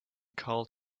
called